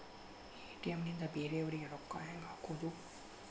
ATM ನಿಂದ ಬೇರೆಯವರಿಗೆ ರೊಕ್ಕ ಹೆಂಗ್ ಹಾಕೋದು?